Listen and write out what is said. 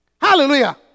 Hallelujah